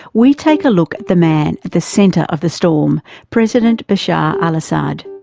we take a look at the man at the centre of the storm president bashar al-assad.